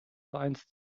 vereins